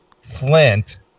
Flint